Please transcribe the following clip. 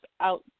out